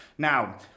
Now